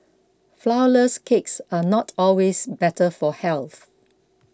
Flourless Cakes are not always better for health